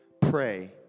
Pray